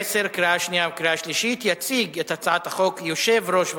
לקריאה שנייה ולקריאה שלישית: הצעת חוק יסודות התקציב (תיקון מס' 39),